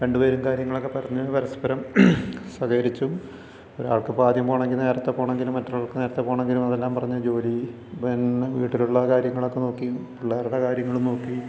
രണ്ട് പേരും കാര്യങ്ങളൊക്കെ പറഞ്ഞു പരസ്പരം സഹകരിച്ചും ഒരാൾക്ക് ആദ്യം പോകണമെങ്കിൽ നേരത്തെ പോകണമെങ്കിൽ മറ്റൊരാൾക്ക് നേരത്തെ പോകണമെങ്കിലും അതെല്ലാം പറഞ്ഞ് ജോലി എല്ലാ കാര്യങ്ങളും നോക്കി പിന്നെ വീട്ടിലുള്ള കാര്യങ്ങളൊക്കെ നോക്കി പിള്ളേരുടെ കാര്യങ്ങളും നോക്കി